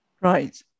Right